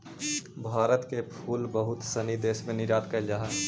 भारत के फूल बहुत सनी देश में निर्यात कैल जा हइ